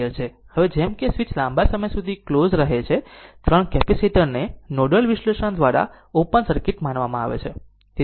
હવે જેમ કે સ્વીચ લાંબા સમય સુધી ક્લોઝ રહે છે કેપેસિટર ને નોડલ વિશ્લેષણ દ્વારા ઓપન સર્કિટ માનવામાં આવે છે